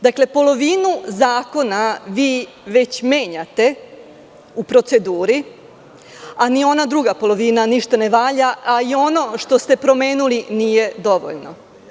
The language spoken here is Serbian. Dakle, polovinu zakona vi već menjate u proceduri, a ni ona druga polovina ništa ne valja, a i ono što ste promenili nije dovoljno.